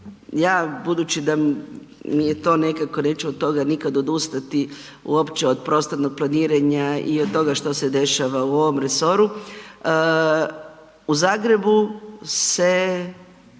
ja budući da mi je to nekako, neću od toga nikad odustati, uopće od prostornog planiranja i od toga što se dešava u ovom resoru, u Zagrebu su